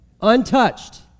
Untouched